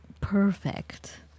perfect